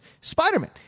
Spider-Man